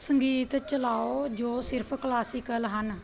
ਸੰਗੀਤ ਚਲਾਓ ਜੋ ਸਿਰਫ਼ ਕਲਾਸੀਕਲ ਹਨ